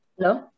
Hello